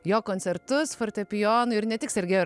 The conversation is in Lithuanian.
jo koncertus fortepijonui ir ne tik sergėjų